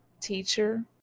teacher